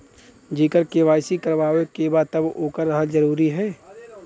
जेकर के.वाइ.सी करवाएं के बा तब ओकर रहल जरूरी हे?